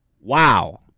Wow